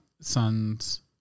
son's